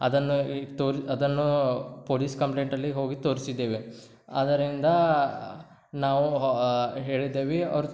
ಅದನ್ನು ತೋರಿ ಅದನ್ನೂ ಪೋಲಿಸ್ ಕಂಪ್ಲೇಂಟಲ್ಲಿ ಹೋಗಿ ತೋರಿಸಿದ್ದೇವೆ ಅದರಿಂದ ನಾವು ಹೇಳಿದೇವೆ ಅವ್ರು